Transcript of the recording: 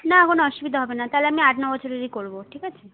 না কোন অসুবিধা হবে না তাহলে আমি আট ন বছরেরই করবো ঠিক আছে